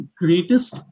greatest